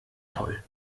toll